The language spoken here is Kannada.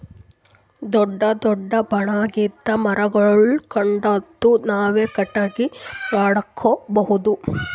ದೊಡ್ಡ್ ದೊಡ್ಡ್ ಒಣಗಿದ್ ಮರಗೊಳ್ ಕಡದು ನಾವ್ ಕಟ್ಟಗಿ ಮಾಡ್ಕೊಬಹುದ್